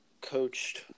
coached